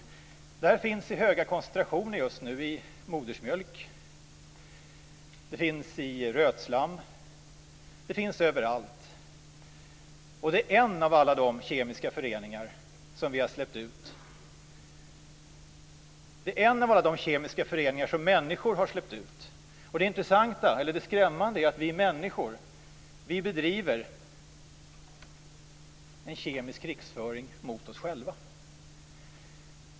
Just nu finns det här medlet i höga koncentrationer i modersmjölk. Det finns också i rötslam, ja, överallt. Detta är en av alla de kemiska föreningar som vi människor har släppt ut. Det skrämmande är att vi människor bedriver en kemisk krigföring mot oss själva.